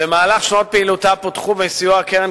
במהלך שנות פעילותה פותחו בסיוע הקרן